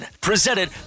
presented